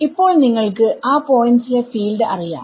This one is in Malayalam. ഇപ്പോൾ നിങ്ങൾക്ക് ആ പോയ്ന്റ്സ് ലെ ഫീൽഡ് അറിയാം